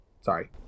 Sorry